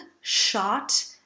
shot